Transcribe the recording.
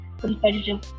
competitive